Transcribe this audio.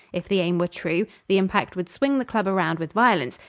if the aim were true, the impact would swing the club around with violence,